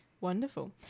Wonderful